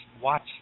watch